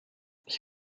ich